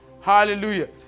Hallelujah